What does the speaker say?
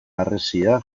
harresia